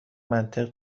منطق